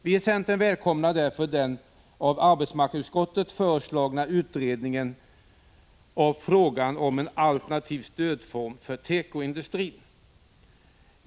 Vi i centern välkomnar därför den av arbetsmarknadsutskottet föreslagna utredningen av frågan om en alternativ stödform för tekoindustrin.